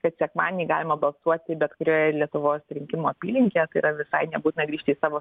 kad sekmadienį galima balsuoti bet kurioje lietuvos rinkimų apylinkėje tai yra visai nebūtina grįžti į savo